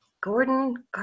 Gordon